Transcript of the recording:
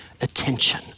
attention